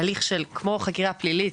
הליך של כמו חקירה פלילית,